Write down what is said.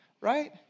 right